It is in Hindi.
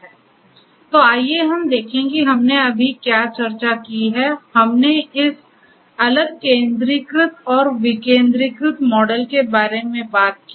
तो आइए हम देखें कि हमने अभी क्या चर्चा की है हमने इस अलग केंद्रीकृत और विकेंद्रीकृत मॉडल के बारे में बात की